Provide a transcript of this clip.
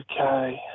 Okay